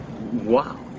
wow